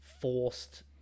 forced